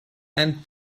and